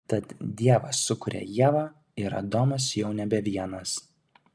tad dievas sukuria ievą ir adomas jau nebe vienas